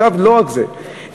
לא רק זה,